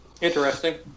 Interesting